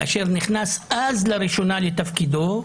כאשר נכנס לראשונה לתפקידו,